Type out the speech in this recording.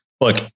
look